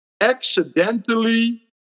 accidentally